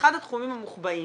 אחד התחומים המוחבאים,